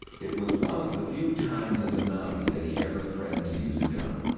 it was one of the few times as a mountie that he ever threatened to use a gun.